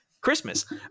Christmas